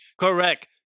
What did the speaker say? correct